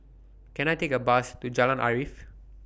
Can I Take A Bus to Jalan Arif